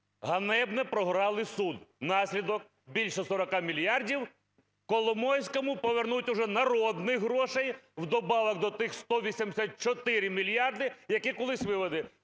Ганебно програли суд. Наслідок: більше 40 мільярдів Коломойському повернуть вже народних грошей в добавок до тих 184 мільярдів, які колись вивели.